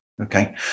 Okay